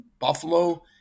Buffalo